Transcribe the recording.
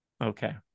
Okay